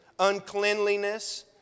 uncleanliness